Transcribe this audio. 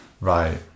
Right